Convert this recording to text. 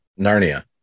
Narnia